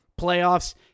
playoffs